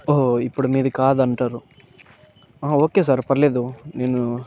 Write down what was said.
ఓహో ఇప్పుడు మీది కాదంటారు ఓకే సార్ పర్లేదు నేను